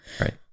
Right